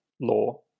law